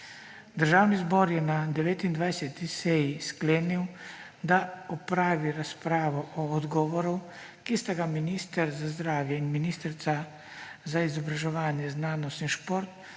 Državni zbor je na 29. seji sklenil, da opravi razpravo o odgovoru, ki sta ga minister za zdravje in ministrica za izobraževanje, znanost in šport